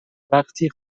وقتی